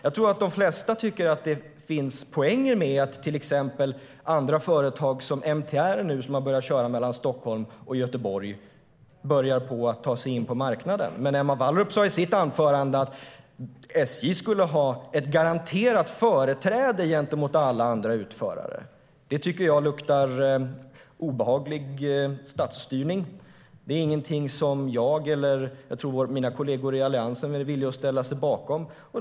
Jag tror att de flesta tycker att det finns poänger med att andra företag, såsom MTR som nu kör mellan Stockholm och Göteborg, börjar ta sig in på marknaden. Emma Wallrup sa i sitt anförande att SJ skulle ha ett garanterat företräde framför alla andra utförare. Det tycker jag luktar obehaglig statsstyrning. Det är ingenting som jag är villig att ställa mig bakom, och jag tror inte att mina kollegor i Alliansen heller är det.